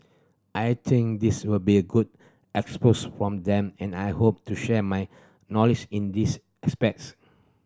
I think this will be a good expose from them and I hope to share my knowledge in this aspects